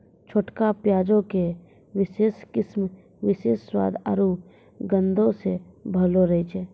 छोटका प्याजो के विशेष किस्म विशेष स्वाद आरु गंधो से भरलो रहै छै